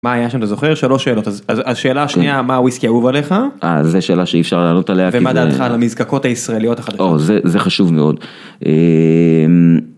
מה היה שאתה זוכר שלוש שאלות אז השאלה השנייה מה הוויסקי אהוב עליך אז זה שאלה שאי אפשר לענות עליה ומה דעתך על המזקקות הישראליות החדשות? אה, זה חשוב מאוד.